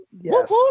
Yes